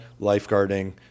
lifeguarding